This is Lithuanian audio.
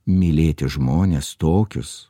mylėti žmones tokius